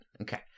Okay